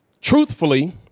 truthfully